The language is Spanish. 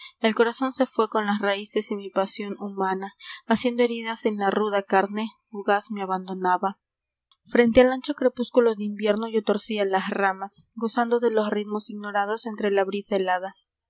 lágrimas corazón se fué con las raíces mi pasión humana p ac endo heridas en la ruda carne ugaz me abandonaba rente al ancho crepúsculo de invierno torcía las ramas zando de los ritmos ignorados ntre la brisa helada